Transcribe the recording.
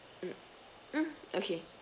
mm mm okay